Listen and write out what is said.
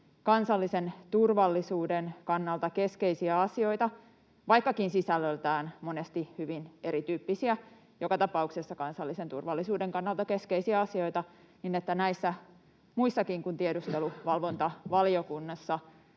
kansallisen turvallisuuden kannalta keskeisiä asioita — vaikkakin sisällöltään monesti hyvin erityyppisiä, joka tapauksessa kansallisen turvallisuuden kannalta keskeisiä asioita — vakavasti harkittaisiin sitä, että otettaisiin